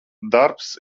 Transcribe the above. darbs